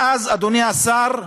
ואז, אדוני השר,